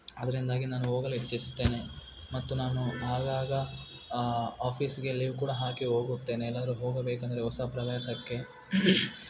ಅದರಿಂದಾಗಿ ನಾನು ಹೋಗಲು ಇಚ್ಛಿಸುತ್ತೇನೆ ಮತ್ತು ನಾನು ಆಗಾಗ ಆಫೀಸ್ಗೆ ಲೀವ್ ಕೂಡ ಹಾಕಿ ಹೋಗುತ್ತೇನೆ ಎಲ್ಲಾದರೂ ಹೋಗಬೇಕಂದರೆ ಹೊಸ ಪ್ರವಾಸಕ್ಕೆ